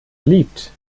beliebt